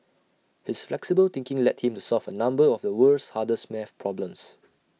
his flexible thinking led him to solve A number of the world's hardest math problems